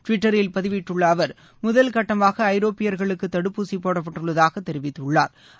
டுவிட்டரில் பதிவிட்டுள்ள அவர் முதல் கட்டமாக ஐரோப்பியர்களுக்கு தடுப்பூசி போடப்பட்டுள்ளதாக தெரிவித்துள்ளா்